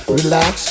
relax